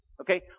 Okay